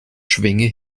schwinge